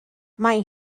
mae